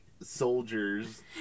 soldiers